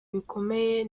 bikomeye